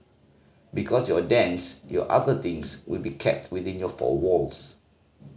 because your dance your other things will be kept within your four walls